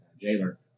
jailer